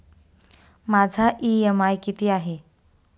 माझा इ.एम.आय किती आहे?